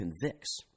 convicts